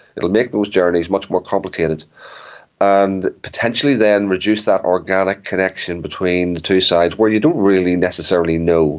it'll make those journeys much more complicated and potentially then reduce that organic connection between the two sides where you don't really necessarily know